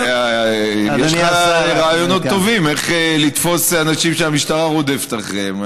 יש לך רעיונות טובים איך לתפוס אנשים שהמשטרה רודפת אחריהם.